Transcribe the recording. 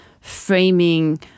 framing